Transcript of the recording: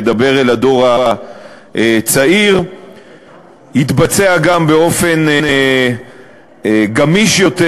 ידבר אל הדור הצעיר ויתבצע גם באופן גמיש יותר.